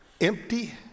empty